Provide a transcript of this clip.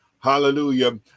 Hallelujah